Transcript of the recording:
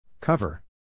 Cover